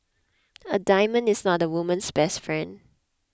a diamond is not a woman's best friend